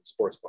Sportsbook